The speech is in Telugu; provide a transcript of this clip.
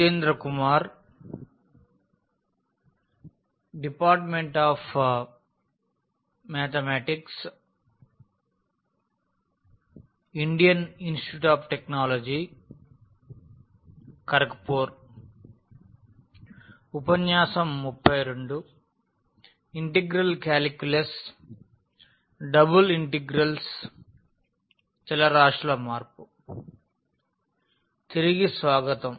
తిరిగి స్వాగతం